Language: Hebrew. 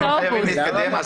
אנחנו חייבים להתקדם.